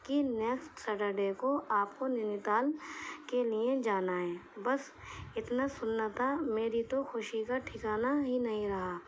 کہ next Saturday کو آپ کو نینی تال کے لیے جانا ہے بس اتنا سننا تھا میری تو خوشی کا ٹھکانہ ہی نہیں رہا